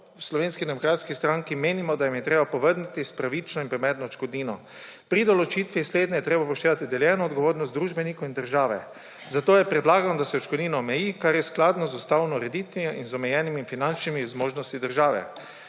v Slovenski demokratski stranki menimo, da je jim je treba povrniti s pravično in primerno odškodnino. Pri določitvi slednje je treba upoštevati deljeno odgovornost družbenikov in države, zato je predlagano, da se odškodnino omeji, kar je skladno z ustavno ureditvijo in z omejenimi finančnimi zmožnostmi države.